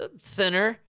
thinner